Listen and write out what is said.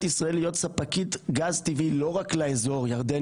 ישראל להיות ספקית גז טבעי לא רק לאזור ירדן,